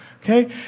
okay